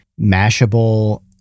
mashable